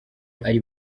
ari